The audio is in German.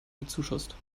bezuschusst